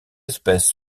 espèces